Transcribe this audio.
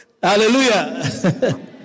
Hallelujah